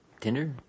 Tinder